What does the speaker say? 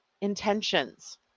intentions